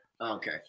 Okay